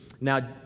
Now